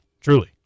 Truly